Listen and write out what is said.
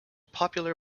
popular